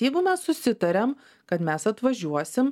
jeigu mes susitariam kad mes atvažiuosim